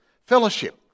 Fellowship